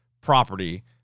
property